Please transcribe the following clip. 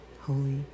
Holy